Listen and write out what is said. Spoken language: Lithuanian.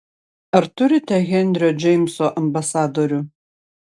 ar turite henrio džeimso ambasadorių